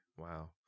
wow